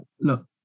Look